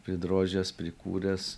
pridrožęs prikūręs